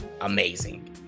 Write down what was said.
amazing